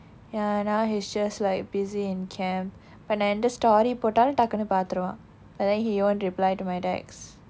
ya now he's just like busy in camp but நான் எந்த:naan entha story போட்டாலும் டக்குன்னு பார்த்திருவான்:pottaalum takkunnu paarthiruvaan but then he won't reply to my text